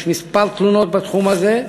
יש כמה תלונות בתחום הזה.